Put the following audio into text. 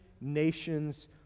nations